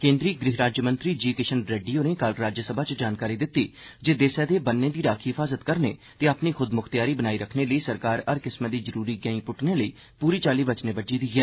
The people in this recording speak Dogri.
केन्द्री गृह राज्यमंत्री जी किशन रेड्डी होरें कल राज्यसभा च जानकारी दिती जे देसै दे बन्नें दी राक्खी हिफाज़त करने ते अपनी खुदमुख्तयारी बना रक्खने ले सरकार हर किस्मै दी जरूरी गैहीं पुट्टने ले पूरी चाल्ली वचनें बज्झी दी ऐ